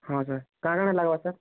ହଁ ସାର୍ କାଣା କାଣା ଲାଗ୍ବା ସାର୍